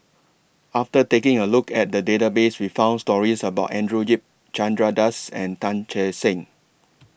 after taking A Look At The Database We found stories about Andrew Yip Chandra Das and Tan Che Sang